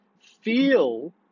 feel